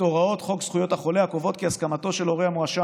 הוראות חוק זכויות החולה הקובעות כי הסכמתו של הורה המואשם